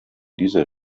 dieser